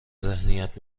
ذهنیت